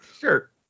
Sure